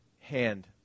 hand